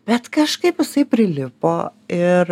bet kažkaip jisai prilipo ir